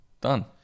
Done